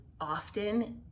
often